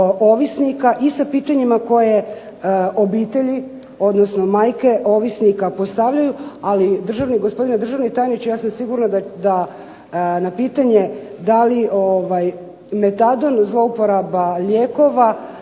ovisnika i sa pitanjima koje obitelji, odnosno majke ovisnika postavljaju. Ali, gospodine državni tajniče ja sam sigurna da na pitanje da li metadon je zlouporaba lijekova